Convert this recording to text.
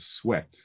sweat